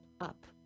Up